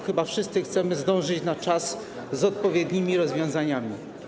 Chyba wszyscy chcemy zdążyć na czas z odpowiednimi rozwiązaniami.